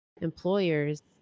employers